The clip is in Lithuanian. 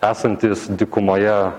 esantys dykumoje